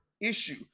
issue